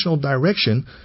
direction